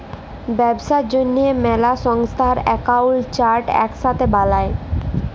ব্যবসার জ্যনহে ম্যালা সংস্থার একাউল্ট চার্ট ইকসাথে বালায়